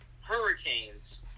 hurricanes